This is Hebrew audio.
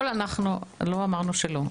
לא אמרנו שלא.